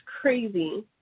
crazy